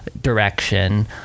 direction